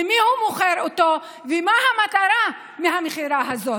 למי הוא מוכר אותו ומה המטרה של המכירה הזאת.